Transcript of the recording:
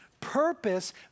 purpose